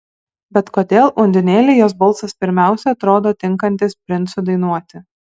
bet kodėl undinėlei jos balsas pirmiausia atrodo tinkantis princui dainuoti